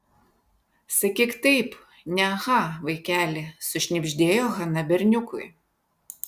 sakyk taip ne aha vaikeli sušnibždėjo hana berniukui